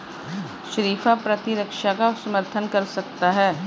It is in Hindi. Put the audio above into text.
शरीफा प्रतिरक्षा का समर्थन कर सकता है